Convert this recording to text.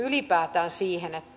ylipäätään siihen